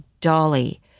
Dolly